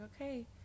okay